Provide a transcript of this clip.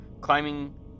climbing